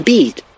Beat